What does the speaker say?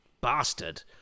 bastard